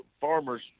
farmers